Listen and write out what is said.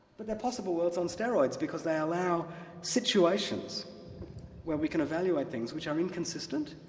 but they're possible worlds on steroids because they allow situations where we can evaluate things which are inconsistent,